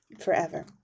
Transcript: forever